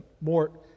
more